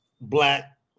black